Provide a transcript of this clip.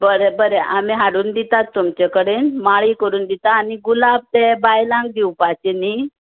बरें बरें आमी हाडून दितात तुमचे कडेन माळी करून दितां आनी गुलाब ते बायलांक दिवपाची न्ही